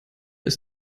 ist